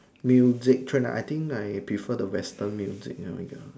music trend ah I think I prefer the Western music oh ya